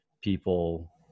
People